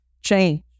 change